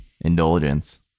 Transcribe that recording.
indulgence